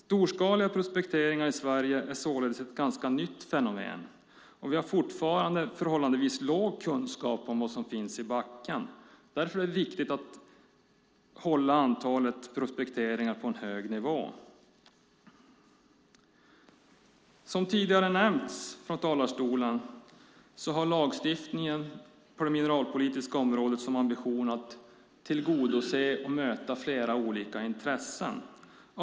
Storskaliga prospekteringar i Sverige är således ett ganska nytt fenomen, och vi har fortfarande förhållandevis liten kunskap om vad som finns i backen. Därför är det viktigt att hålla antalet prospekteringar på en hög nivå. Som tidigare nämnts i talarstolen har lagstiftningen på det mineralpolitiska området som ambition att tillgodose och möta flera olika intressen.